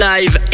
Live